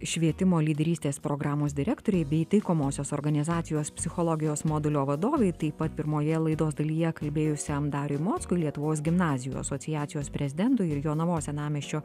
švietimo lyderystės programos direktorei bei taikomosios organizacijos psichologijos modulio vadovei taip pat pirmoje laidos dalyje kalbėjusiam dariui mockui lietuvos gimnazijų asociacijos prezidentui ir jonavos senamiesčio